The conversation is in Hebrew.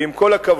ועם כל הכבוד,